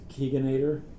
Keeganator